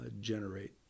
generate